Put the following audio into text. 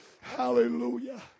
Hallelujah